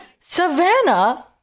Savannah